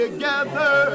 Together